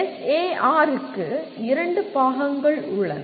SAR க்கு இரண்டு பாகங்கள் உள்ளன